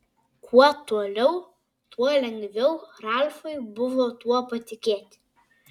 kuo toliau tuo lengviau ralfui buvo tuo patikėti